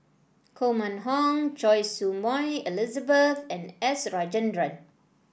Koh Mun Hong Choy Su Moi Elizabeth and S Rajendran